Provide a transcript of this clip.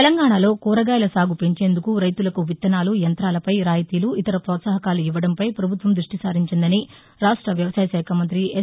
తెలంగాణలో కూరగాయల సాగు పెంచేందుకు రైతులకు విత్తనాలు యాంతాలపై రాయితీలు ఇతర ప్రోత్సాహకాలు ఇవ్వడంపై ప్రభుత్వం దృష్టి సారించిందని రాష్ట వ్యవసాయ శాఖ మంతి ఎస్